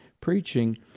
preaching